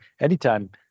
anytime